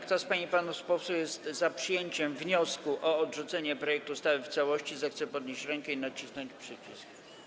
Kto z pań i panów posłów jest za przyjęciem wniosku o odrzucenie projektu ustawy w całości, zechce podnieść rękę i nacisnąć przycisk.